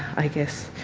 i guess